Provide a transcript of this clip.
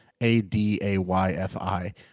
A-D-A-Y-F-I